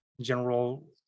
general